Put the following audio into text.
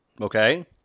okay